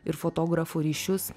ir fotografų ryšius